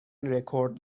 رکورد